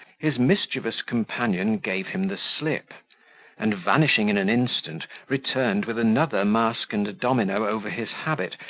his mischievous companion gave him the slip and, vanishing in an instant, returned with another mask and a domino over his habit,